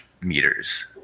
meters